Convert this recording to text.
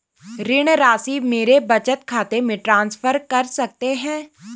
ऋण राशि मेरे बचत खाते में ट्रांसफर कर सकते हैं?